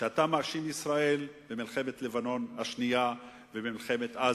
שאתה מאשים את ישראל במלחמת לבנון השנייה ובמלחמת עזה.